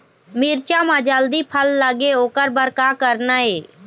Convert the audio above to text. मिरचा म जल्दी फल लगे ओकर बर का करना ये?